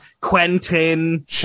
quentin